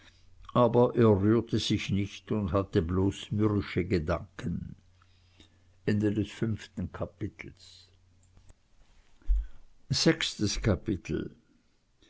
aber er rührte sich nicht und hatte bloß mürrische gedanken sechstes kapitel